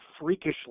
freakishly